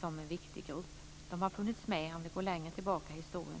som en viktig grupp. De har funnits med tidigare om vi går längre tillbaka i historien.